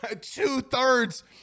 two-thirds